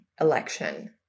election